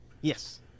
Yes